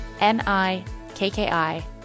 N-I-K-K-I